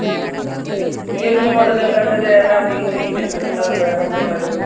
ഉണ്ടാവുകയുള്ളു ഈ ഒര് മോഡലല്ലാതെ വേറെ അധികം ഫീച്ചേഴ്സ് ഉള്ള വേറെ മോഡലുകള്